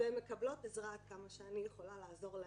והן מקבלות עזרה עד כמה שאני יכולה לעזור להן.